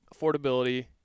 affordability